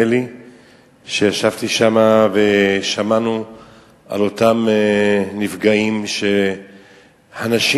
וישבתי שם ושמענו על אותם נפגעים שהנשים